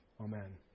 Amen